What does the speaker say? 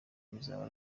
bizaba